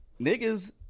Niggas